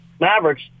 Mavericks